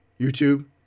YouTube